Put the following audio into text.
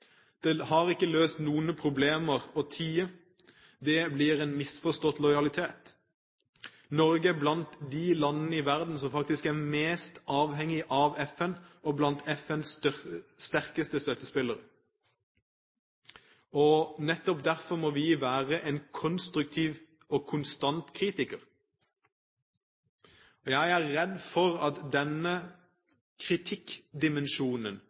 Det har ikke løst noen problemer å tie. Det blir en misforstått lojalitet. Norge er blant de landene i verden som faktisk er mest avhengig av FN, og som er blant FNs sterkeste støttespillere. Nettopp derfor må vi være en konstruktiv og konstant kritiker. Jeg er redd for at denne kritikkdimensjonen